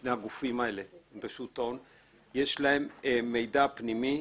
שלשני הגופים יש מידע פנימי,